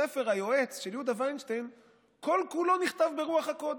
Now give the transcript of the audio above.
הספר "היועץ" של יהודה וינשטיין כל-כולו נכתב ברוח הקודש,